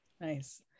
Nice